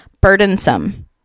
burdensome